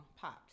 popped